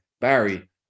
Barry